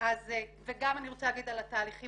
אני רוצה גם להגיד על התהליכים